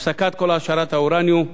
הפסקת כל העשרת האורניום,